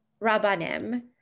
Rabbanim